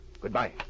Goodbye